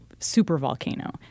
supervolcano